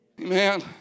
Amen